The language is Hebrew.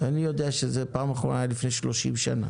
אני יודע שבפעם אחרונה זה היה לפני 30 שנים.